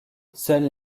seules